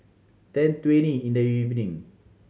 ten twenty in the evening